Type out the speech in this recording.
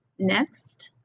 next,